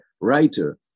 writer